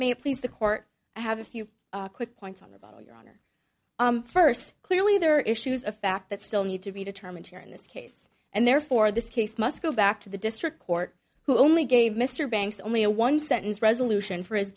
it please the court i have a few quick points on about your honor first clearly there are issues of fact that still need to be determined here in this case and therefore this case must go back to the district court who only gave mr banks only a one sentence resolution for his